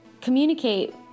communicate